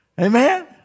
Amen